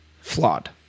flawed